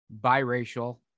biracial